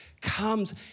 comes